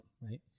right